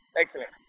excellent